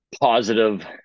positive